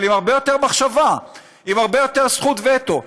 אבל עם הרבה יותר מחשבה, עם הרבה יותר זכות וטו.